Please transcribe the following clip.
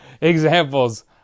examples